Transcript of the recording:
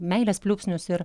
meilės pliūpsnius ir